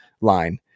line